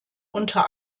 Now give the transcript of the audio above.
unter